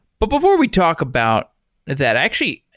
but before we talk about that, actually,